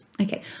Okay